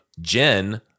Jen